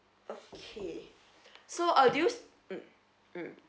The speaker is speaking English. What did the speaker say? okay so uh do you mm mm